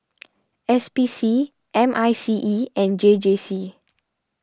S P C M I C E and J J C